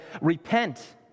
Repent